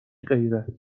غیرت